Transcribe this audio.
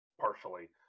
partially